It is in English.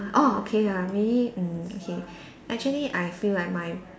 orh okay ya maybe mm okay actually I feel like my